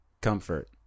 Comfort